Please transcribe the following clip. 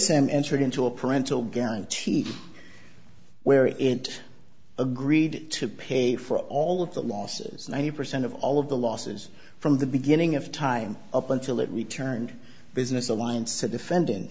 s m entered into a parental guaranteed where it agreed to pay for all of the losses ninety percent of all of the losses from the beginning of time up until it returned business alliance to defend